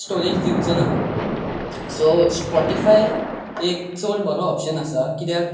storage दिवचो ना सो स्पोटीफाय एक चड बरो ऑप्शन आसा